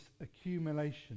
accumulation